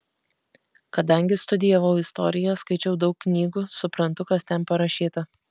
kadangi studijavau istoriją skaičiau daug knygų suprantu kas ten parašyta